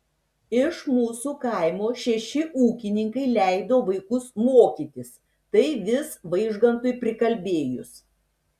iš mūsų kaimo šeši ūkininkai leido vaikus mokytis tai vis vaižgantui prikalbėjus